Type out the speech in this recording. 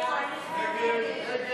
מי נגד ההסתייגות?